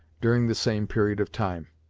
during the same period of time.